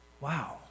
Wow